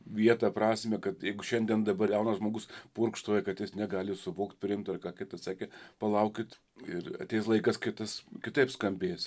vietą prasmę kad jeigu šiandien dabar jaunas žmogus purkštauja kad jis negali suvokt priimt ar ką kita sakė palaukit ir ateis laikas kai tas kitaip skambės